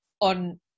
on